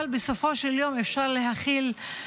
אבל בסופו של יום אפשר להכיל,